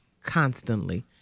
constantly